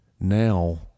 Now